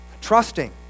trusting